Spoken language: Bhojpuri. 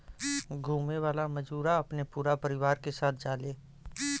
घुमे वाला मजूरा अपने पूरा परिवार के साथ जाले